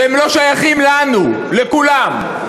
שהם לא שייכים לנו, לכולם?